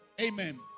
Amen